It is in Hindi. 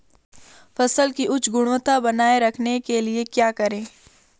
फसल की उच्च गुणवत्ता बनाए रखने के लिए क्या करें?